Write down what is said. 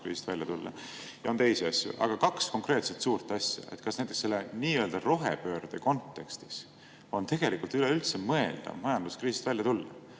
välja tulla. On ka teisi asju. Aga kaks konkreetset suurt asja. Kas näiteks selle nii-öelda rohepöörde kontekstis on tegelikult üldse mõeldav majanduskriisist välja tulla?